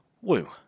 Woo